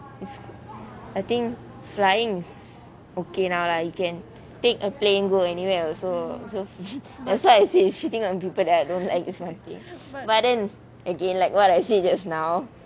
is I think flying is okay now lah you can take a plane go anywhere also so that's why I say is shiting on people I don't like is one thing but then again like what I say just now